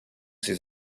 ses